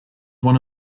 one